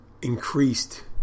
Increased